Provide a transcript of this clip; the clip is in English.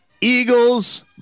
Eagles